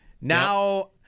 Now